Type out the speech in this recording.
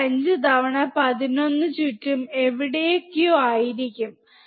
5 തവണ 11 ചുറ്റും എവിടെയോ ആയിരിക്കും 5